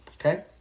okay